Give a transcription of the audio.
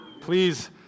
please